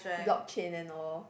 blockchain and all